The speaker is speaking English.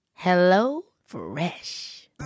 HelloFresh